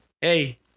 Hey